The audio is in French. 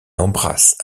embrasse